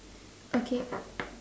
okay